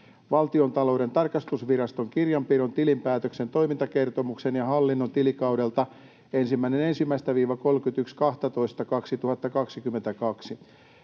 Valtiontalouden tarkastusviraston kirjanpidon, tilinpäätöksen, toimintakertomuksen ja hallinnon tilikaudelta 1.1.—31.12.2022.